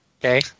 Okay